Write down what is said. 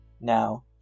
Now